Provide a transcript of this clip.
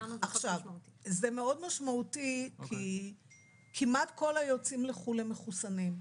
זה מאוד משמעותי כי כמעט כל היוצאים לחו"ל הם מחוסנים.